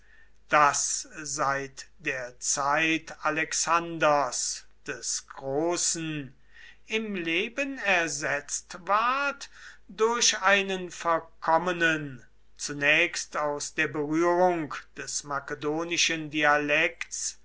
das seit der zeit alexanders des großen im leben ersetzt ward durch einen verkommenen zunächst aus der berührung des makedonischen dialekts